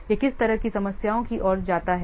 यह किस तरह की समस्याओं की ओर जाता है